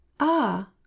Ah